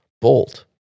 Bolt